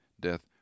death